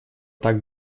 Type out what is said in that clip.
так